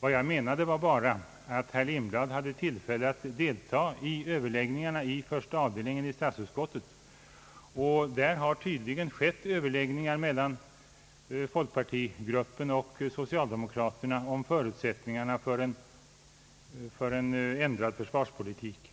Vad jag menade var bara att herr Lindblad hade tillfälle att delta i överläggningarna i första avdelningen i statsutskottet. Där har tydligen skett överläggningar mellan folkpartigruppen och socialdemokraterna om förutsättningarna för en ändrad försvarspolitik.